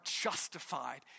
justified